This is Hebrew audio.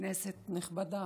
כנסת נכבדה,